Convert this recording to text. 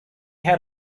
had